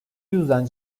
yüzden